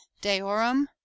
deorum